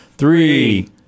Three